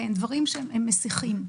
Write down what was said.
דברים שהם מסיחים,